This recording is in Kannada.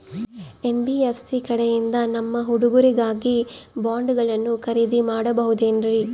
ಎನ್.ಬಿ.ಎಫ್.ಸಿ ಕಡೆಯಿಂದ ನಮ್ಮ ಹುಡುಗರಿಗಾಗಿ ಬಾಂಡುಗಳನ್ನ ಖರೇದಿ ಮಾಡಬಹುದೇನ್ರಿ?